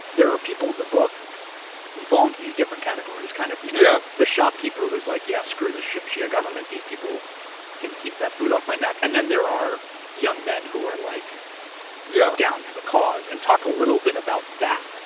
there are people in the book who fall into these different categories, kind of yeah the shopkeeper whose like, yeah, screw the shia shia government. these people can keep that boot off my neck. and then there are young men who are like yeah down for the cause, and talk a little bit about that.